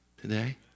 today